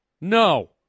No